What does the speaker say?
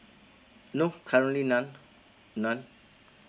no currently none none